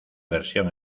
versión